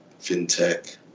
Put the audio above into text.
fintech